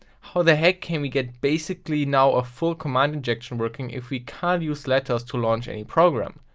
how the heck can we get basically now a full command injection working if we can't use letters to launch any program?